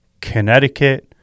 Connecticut